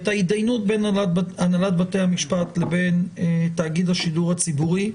את ההתדיינות בין הנהלת בתי המשפט לבין תאגיד השידור הציבורי,